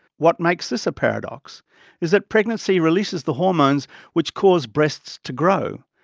what makes this a paradox is that pregnancy releases the hormones which cause breasts to grow,